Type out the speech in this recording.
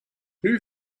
who